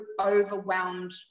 overwhelmed